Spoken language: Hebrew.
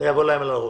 להם על הראש.